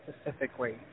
specifically